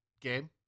game